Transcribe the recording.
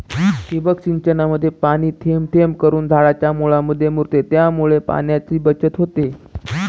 ठिबक सिंचनामध्ये पाणी थेंब थेंब करून झाडाच्या मुळांमध्ये मुरते, त्यामुळे पाण्याची बचत होते